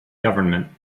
government